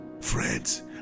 Friends